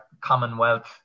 Commonwealth